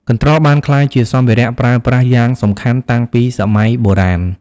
កន្ត្រក បានក្លាយជាសម្ភារៈប្រើប្រាស់យ៉ាងសំខាន់តាំងពីសម័យបុរាណ។